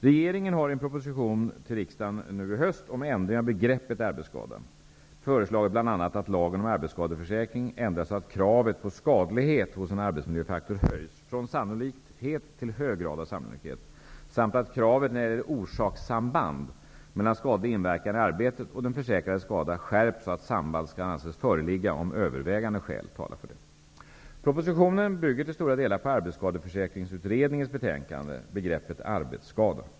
Regeringen har i proposition 1992/93:30 om ändring av begreppet arbetsskada, som för närvarande behandlas av riksdagen, föreslagit bl.a. att lagen om arbetsskadeförsäkring ändras så att kravet på skadlighet hos en arbetsmiljöfaktor höjs från sannolikhet till hög grad av sannolikhet samt att kravet när det gäller orsakssamband mellan skadlig inverkan i arbetet och den försäkrades skada skärps så att samband skall anses föreligga om övervägande skäl talar för det. Propositionen bygger till stora delar på Begreppet arbetsskada.